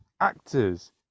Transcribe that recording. actors